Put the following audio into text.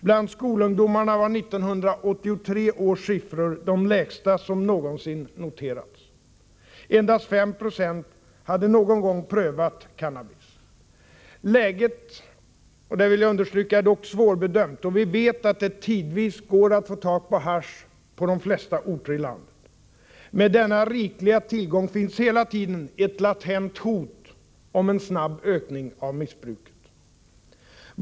Bland skolungdomarna var 1983 års siffror de lägsta som någonsin noterats; endast 5 26 hade någon gång prövat cannabis. Jag vill dock understryka att läget är svårbedömt, och vi vet att det tidvis " går att få tag i hasch på de flesta orter i landet. Med denna rikliga tillgång finns hela tiden ett latent hot om en snabb ökning av missbruket.